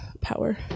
power